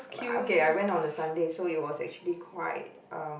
but okay I went on a Sunday so it was actually quite um